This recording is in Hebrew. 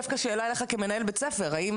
כמנהל בית ספר, האם